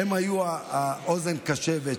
הם היו האוזן הקשבת,